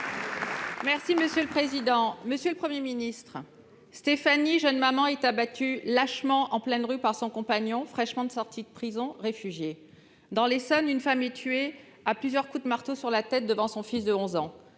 Les Républicains. Monsieur le Premier ministre, Stéphanie, jeune maman, est abattue lâchement en pleine rue par son compagnon, réfugié, fraîchement sorti de prison. Dans l'Essonne, une femme est tuée de plusieurs coups de marteau à la tête devant son fils de 11 ans.